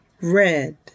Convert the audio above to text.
red